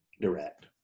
direct